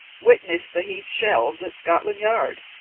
witness the heaped shelves at scotland yard.